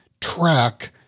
track